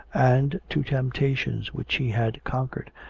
and to temptations which he had conquered,